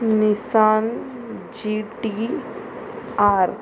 Nissan G T R